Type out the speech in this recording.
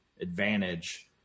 advantage